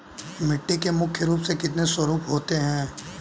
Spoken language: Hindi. मिट्टी के मुख्य रूप से कितने स्वरूप होते हैं?